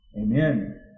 Amen